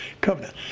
covenant